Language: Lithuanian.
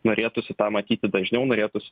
norėtųsi tą matyti dažniau norėtųsi